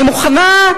אני מוכנה,